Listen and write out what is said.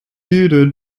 jeden